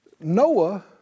Noah